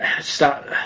stop